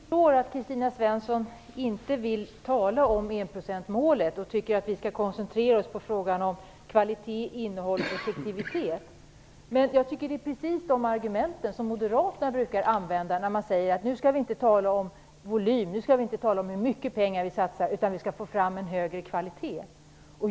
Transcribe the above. Fru talman! Jag förstår att Kristina Svensson inte vill tala om enprocentsmålet och tycker att vi skall koncentrera oss på frågan om kvalitet, innehåll och effektivitet. Jag tycker att det är precis de argumenten som Moderaterna brukar använda när man säger att vi nu inte skall tala om hur mycket pengar vi satsar utan att det handlar om att vi skall få fram högre kvalitet.